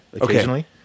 occasionally